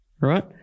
right